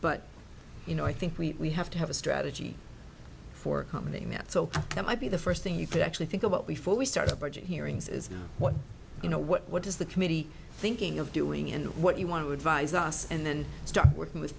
but you know i think we have to have a strategy for accommodating that so that might be the first thing you can actually think about before we start a budget hearings is what you know what does the committee thinking of doing and what you want to advise us and then start working with